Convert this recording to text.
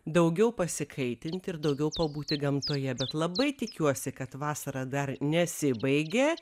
daugiau pasikaitint ir daugiau pabūti gamtoje bet labai tikiuosi kad vasara dar nesibaigė